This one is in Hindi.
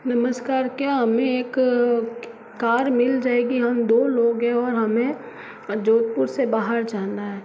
नमस्कार क्या हमें एक कार मिल जाएगी हम दो लोग हैं और हमें जोधपुर से बाहर जाना है